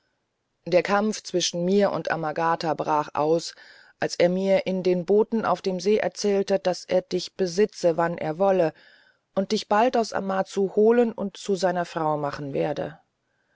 der kampf zwischen mir und amagata brach aus als er mir in den booten auf dem see erzählte daß er dich besitze wann er wolle und dich bald aus amazu holen und zu seiner frau machen werde